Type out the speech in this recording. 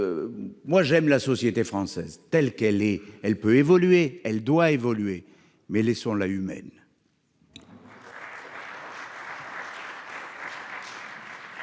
Moi, j'aime la société française telle qu'elle est. Elle peut évoluer, elle doit évoluer, mais laissons-la humaine.